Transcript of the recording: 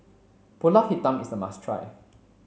Pulut Hitam is a must try